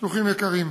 שלוחים יקרים,